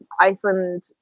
Iceland